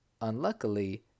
Unluckily